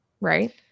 right